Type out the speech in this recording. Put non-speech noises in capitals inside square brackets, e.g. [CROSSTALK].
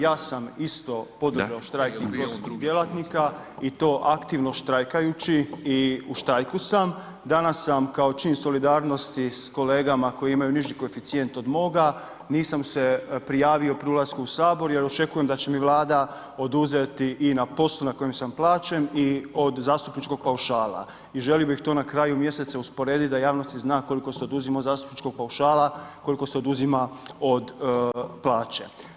Ja sam isto podržao štrajk ... [UNINTELLIGIBLE] djelatnika i to aktivno štrajkajući i u štrajku sam, danas sam kao čin solidarnosti s kolegama koji imaju niži koeficijent od moga, nisam se prijavio pri ulasku u Sabor jer očekujem da će mi Vlada oduzeti i na poslu na kojem sam plaćen i od zastupničkog paušala i želio bih to na kraju mjeseca usporediti da javnost zna koliko se oduzima od zastupničkog paušala, koliko se oduzima od plaće.